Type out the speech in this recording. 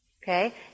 Okay